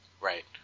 Right